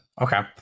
Okay